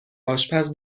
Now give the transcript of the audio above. آشپز